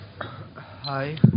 Hi